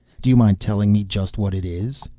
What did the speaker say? do you mind telling me just what it is?